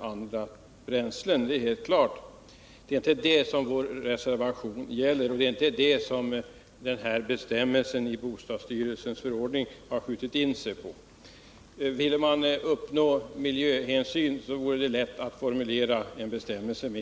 andra bränslen — det är inte det som vår reservation gäller och det är inte det som bestämmelsen i bostadsstyrelsens förordning har skjutit in sig på. Om det vore enbart miljön man ville ta hänsyn till skulle det vara lätt att formulera bestämmelser härom.